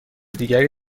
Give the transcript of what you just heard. دیگری